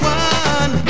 one